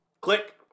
click